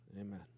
Amen